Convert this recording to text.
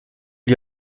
lui